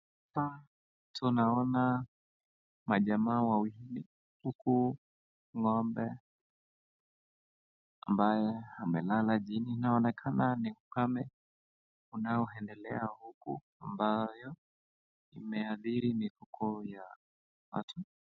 Hapa tunaona majamaa wawili uku ng'ombe ambaye amelala chini. Inaonekana ni ukame unaoendelea huko ambayo imeadhiri mifugo ya watu.